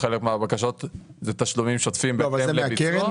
חלק מהבקשות זה תשלומים שוטפים בהתאם לביצוע.